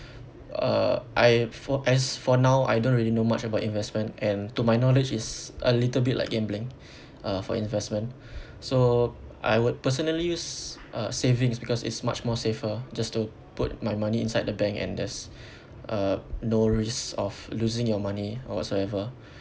uh I for as for now I don't really know much about investment and to my knowledge it's a little bit like gambling uh for investment so I would personally use uh savings because it's much more safer just to put my money inside the bank and there's uh no risk of losing your money or whatsoever